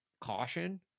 caution